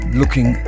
looking